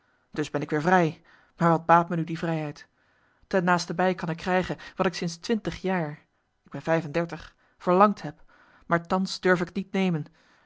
dus ben ik weer vrij maar wat baat me nu die vrijheid ten naastenbij kan ik krijgen wat ik sinds twintig jaar ik ben vijf en dertig verlangd heb maar thans durf ik t niet nemen